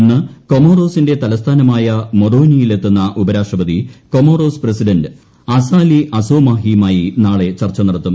ഇന്ന് കൊമോറസിന്റെ തലസ്ഥാനമായ മൊറോനിയിലെത്തുന്ന ഉപരാഷ്ട്രപതി കൊമോറസ് പ്രസിഡന്റ് അസാലി അസ്സോമാഹിയുമായി നാളെ ചർച്ച നടത്തും